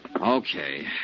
Okay